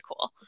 cool